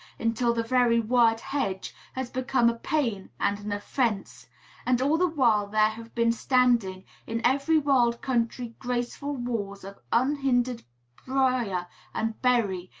until the very word hedge has become a pain and an offence and all the while there have been standing in every wild country graceful walls of unhindered brier and berry,